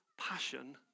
passion